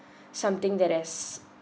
something that is